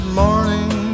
morning